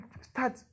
Start